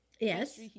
Yes